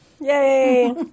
Yay